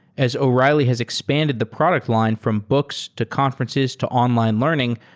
as o'reilly has expended the product line from books, to conferences, to online learning,